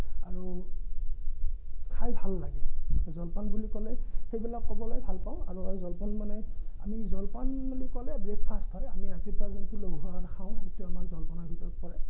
আৰু খাই ভাল লাগে জলপান বুলি ক'লে সেইবিলাক ক'বলৈ ভাল পাওঁ আৰু জলপান মানে আমি জলপান বুলি ক'লে ব্ৰেকফাষ্ট হয় আমি ৰাতিপুৱা যোনটো লঘু আহাৰ খাওঁ সেইটো আমাৰ জলপানৰ ভিতৰত পৰে